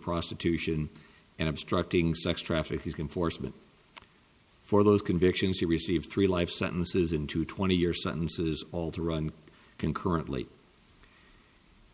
prostitution and obstructing sex traffic he's been foresman for those convictions he received three life sentences into twenty year sentences all to run concurrently